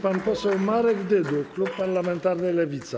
Pan poseł Marek Dyduch, klub parlamentarny Lewica.